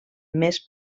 més